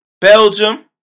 Belgium